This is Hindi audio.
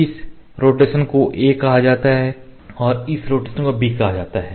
इस रोटेशन को ए कहा जाता है और इस रोटेशन को बी कहा जाता है